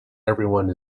everyone